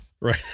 Right